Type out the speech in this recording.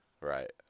Right